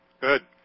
Good